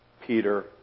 Peter